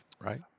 right